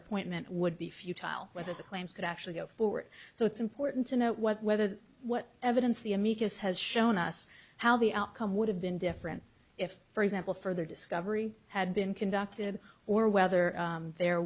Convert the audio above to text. appointment would be futile whether the claims could actually go forward so it's important to know whether the what evidence the amicus has shown us how the outcome would have been different if for example further disk every had been conducted or whether there